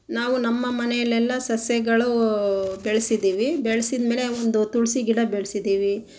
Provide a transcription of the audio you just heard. ನಾವು ನಮ್ಮ ಮನೆಯಲ್ಲೆಲ್ಲ ಸಸ್ಯಗಳೂ ಬೆಳೆಸಿದ್ದೀವಿ ಬೆಳೆಸಿದ ಮೇಲೆ ಒಂದು ತುಳಸಿ ಗಿಡ ಬೆಳೆಸಿದ್ದೀವಿ